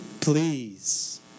Please